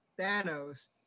Thanos